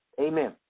Amen